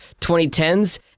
2010s